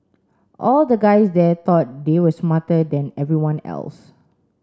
all the guys there thought they were smarter than everyone else